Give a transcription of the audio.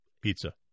pizza